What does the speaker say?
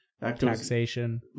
taxation